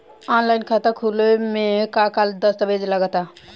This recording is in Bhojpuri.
आनलाइन खाता खूलावे म का का दस्तावेज लगा ता?